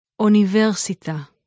Universita